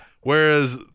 Whereas